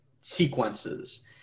sequences